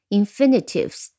infinitives